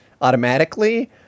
automatically